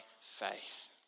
faith